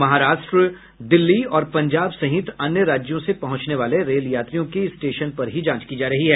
महाराष्ट्र दिल्ली और पंजाब सहित अन्य राज्यों से पहुंचने वाले रेल यात्रियों की स्टेशन पर ही जांच की जा रही है